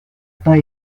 pas